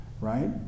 right